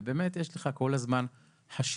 ובאמת יש לך כל הזמן חשיבה.